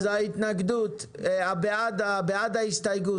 בעד ההסתייגות